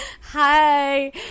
hi